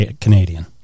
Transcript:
Canadian